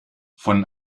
von